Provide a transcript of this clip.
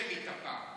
בואו נעשה שמית הפעם.